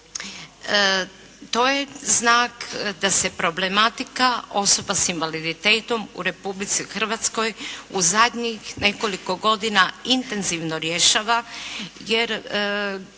To je znak da se problematika osoba s invaliditetom u Republici Hrvatskoj u zadnjih nekoliko godina intenzivno rješava jer